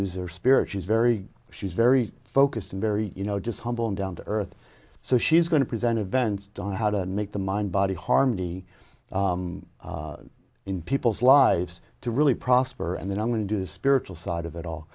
is are spirit she's very she's very focused and very you know just humble and down to earth so she's going to present events done how to make the mind body harmony in people's lives to really prosper and then i'm going to do the spiritual side of it all